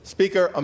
Speaker